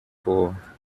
for